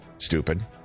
Stupid